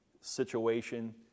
situation